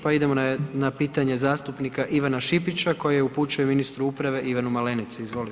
Pa idemo na pitanje zastupnika Ivana Šipića koji upućuje ministru uprave Ivanu Malenici, izvolite.